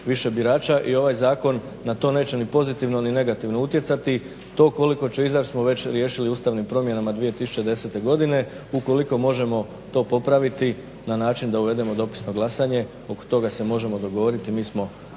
više birača i ovaj zakon na to neće ni pozitivno ni negativno utjecati. To koliko će izaći smo već riješili ustavnim promjenama 2010. godine. Ukoliko možemo to popraviti na način da uvedemo dopisno glasanje, oko toga se možemo dogovoriti,